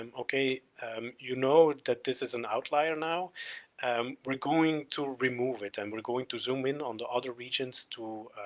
um okay you know that this is an outlier now um we're going to remove it, and we're going to zoom in on the other regions to,